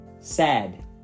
sad